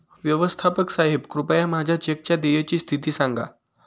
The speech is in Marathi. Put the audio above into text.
व्यवस्थापक साहेब कृपया माझ्या चेकच्या देयची स्थिती सांगा